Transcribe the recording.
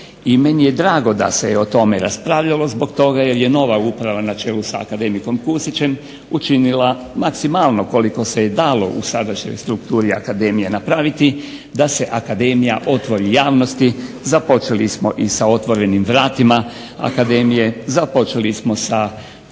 i meni je drago da se o tome raspravljalo zbog toga jer je nova uprava na čelu sa akademikom Kusićem učinila maksimalno koliko se dalo u sadašnjoj strukturi akademije napraviti da se akademija otvori javnosti. Započeli smo i sa Otvorenim vratima akademije, započeli smo sa